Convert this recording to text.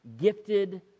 gifted